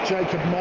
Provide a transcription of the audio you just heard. Jacob